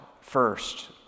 first